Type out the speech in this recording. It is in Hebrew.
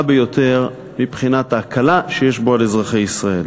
ביותר מבחינת ההקלה שיש בו על אזרחי ישראל.